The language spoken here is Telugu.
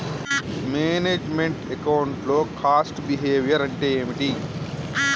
మేనేజ్ మెంట్ అకౌంట్ లో కాస్ట్ బిహేవియర్ అంటే ఏమిటి?